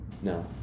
no